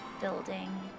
building